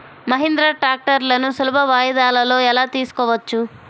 మహీంద్రా ట్రాక్టర్లను సులభ వాయిదాలలో ఎలా తీసుకోవచ్చు?